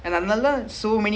as in like if